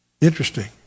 Interesting